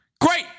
great